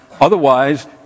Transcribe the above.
Otherwise